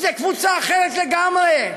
זו קבוצה אחרת לגמרי.